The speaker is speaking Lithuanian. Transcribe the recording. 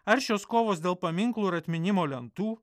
aršios kovos dėl paminklų ir atminimo lentų